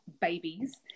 babies